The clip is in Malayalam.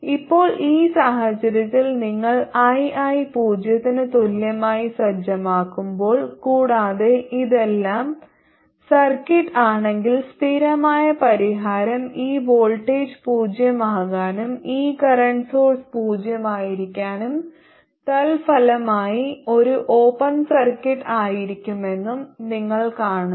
ഇപ്പോൾ ഈ സാഹചര്യത്തിൽ നിങ്ങൾ ii പൂജ്യത്തിന് തുല്യമായി സജ്ജമാക്കുമ്പോൾ കൂടാതെ ഇതെല്ലാം സർക്യൂട്ട് ആണെങ്കിൽ സ്ഥിരമായ പരിഹാരം ഈ വോൾട്ടേജ് പൂജ്യമാകാനും ഈ കറന്റ് സോഴ്സ് പൂജ്യമായിരിക്കാനും തൽഫലമായി ഒരു ഓപ്പൺ സർക്യൂട്ട് ആയിരിക്കുമെന്നും നിങ്ങൾ കാണുന്നു